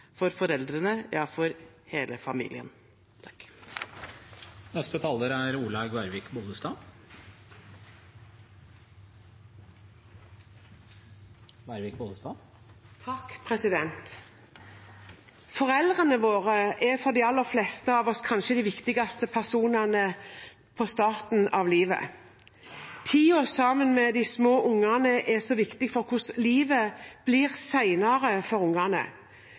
for foreldrene – ja, for hele familien. Foreldrene våre er for de aller fleste av oss kanskje de viktigste personene i starten av livet. Tiden sammen med de små barna er så viktig for hvordan livet blir senere for